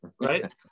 right